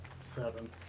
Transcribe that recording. Seven